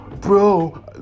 bro